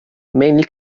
mainly